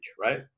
right